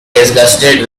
disgusted